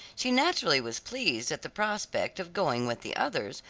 she naturally was pleased at the prospect of going with the others,